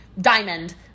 diamond